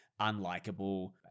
unlikable